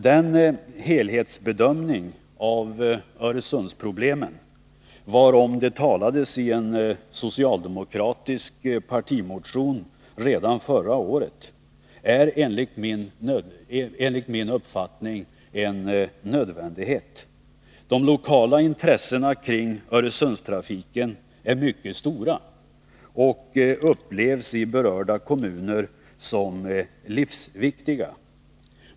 Den helhetsbedömning av Öresundsproblemen varom det talades i en socialdemokratisk partimotion redan förra året, är enligt min uppfattning en nödvändighet. De lokala intressena kring Öresundstrafiken är mycket stora och upplevs i berörda kommuner som livsviktiga.